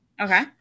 Okay